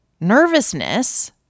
nervousness